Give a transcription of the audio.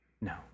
no